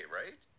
right